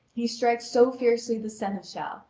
he strikes so fiercely the seneschal,